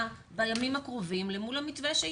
בימים הקרובים למול המתווה שהצענו.